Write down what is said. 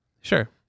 sure